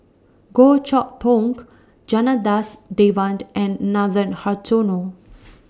Goh Chok Tong Janadas Devan and Nathan Hartono